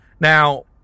Now